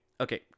okay